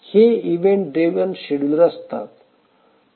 ते event driven scheduler असतात